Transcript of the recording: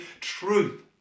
truth